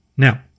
Now